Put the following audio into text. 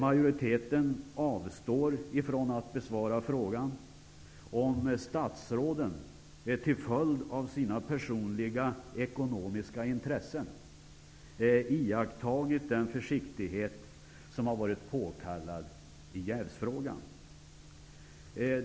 Majoriteten avstår från att besvara frågan om statsråden till följd av sina personliga ekonomiska intressen iakttagit den försiktighet som varit påkallad i jävsfrågan.